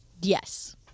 Yes